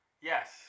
Yes